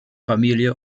familie